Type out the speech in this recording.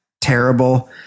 terrible